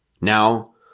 Now